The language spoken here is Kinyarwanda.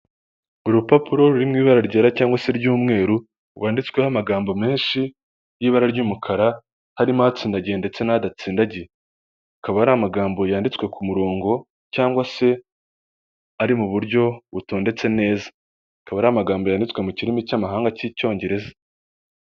Urupapuro ruri mu ibara ryera cyangwa se ry'umweru rwanditsweho amagambo menshi y'ibara ry'umukara harimo atsindagiye ndetse n'adatsindagiye, akaba ari amagambo yanditswe ku murongo cyangwa se ari mu buryo butondetse neza, akaba ari amagambo yanditswe mu kirimi cy'amahanga cy'icyongereza.